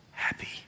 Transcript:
Happy